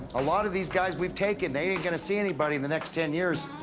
a lot of these guys we've taken, they ain't going to see anybody in the next ten years.